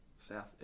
South